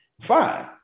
Fine